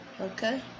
Okay